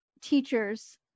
teachers